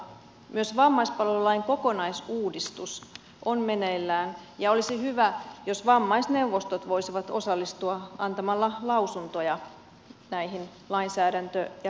myös vammaispalvelulain kokonaisuudistus on meneillään ja olisi hyvä jos vammaisneuvostot voisivat osallistua antamalla lausuntoja näihin lainsäädäntö ja rakennemuutoksiin